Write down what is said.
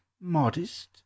modest